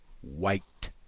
white